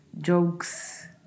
jokes